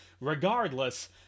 Regardless